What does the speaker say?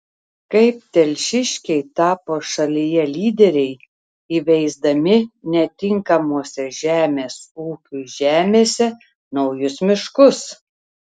kaip telšiškiai tapo šalyje lyderiai įveisdami netinkamose žemės ūkiui žemėse naujus miškus